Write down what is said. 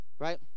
right